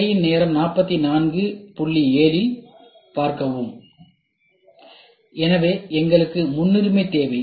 திரையின் நேரம் 4407 இல் பார்க்கவும் எனவே எங்களுக்கு முன்னுரிமை தேவை